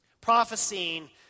prophesying